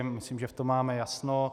Myslím, že v tom máme jasno.